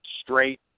straight